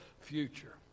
future